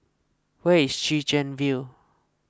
where is Chwee Chian View